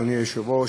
אדוני היושב-ראש,